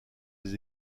des